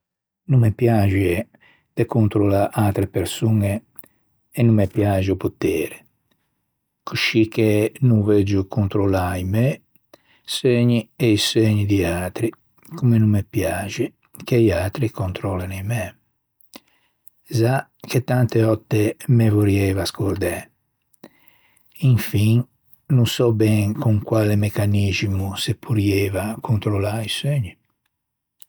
No me piaxe de controllâ atre persoñe e no me piaxe o potere. Coscì che no veuggio controllâ i mæ seugni e i seugni di atri comme no me piaxe che i atri controllan i mæ. Za che tante òtte me vorrieiva scordæ. Infin no sò ben con quale mecaniximo se porrieiva controllâ i seugni.